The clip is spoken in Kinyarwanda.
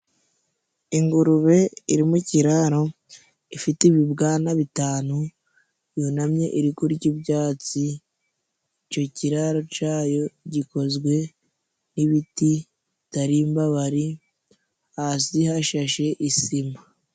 Ingurube iri mu kiraro, ifite ibibwana bitanu, yunamye iri kurya ibyatsi. Icyo kiraro cyayo gikozwe n'ibiti bitari imbabari, hasi hashashe isima.